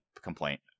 complaint